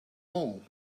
all